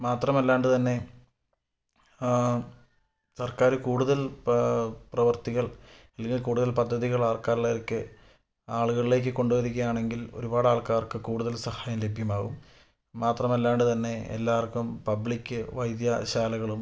മാത്രമല്ലാണ്ട് തന്നെ ആ സർക്കാര് കൂടുതൽ പ്ര പ്രവർത്തികൾ ഇതിൽ കൂടുതൽ പദ്ധതികൾ ആൾക്കാരിലേക്ക് ആളുകളിലേക്ക് കൊണ്ട് വരികയാണെങ്കിൽ ഒരുപാട് ആൾക്കാർക്ക് കൂടുതൽ സഹായം ലഭ്യമാവും മാത്രമല്ലാണ്ട് തന്നെ എല്ലാവർക്കും പബ്ലിക് വൈദ്യ ശാലകളും